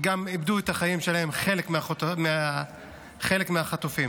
גם חלק מהחטופים